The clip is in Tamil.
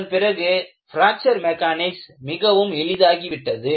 அதன் பிறகு பிராக்ச்சர் மெக்கானிக்ஸ் மிகவும் எளிதாகிவிட்டது